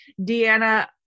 deanna